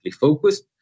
focused